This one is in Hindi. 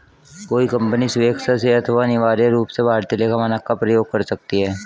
कोई कंपनी स्वेक्षा से अथवा अनिवार्य रूप से भारतीय लेखा मानक का प्रयोग कर सकती है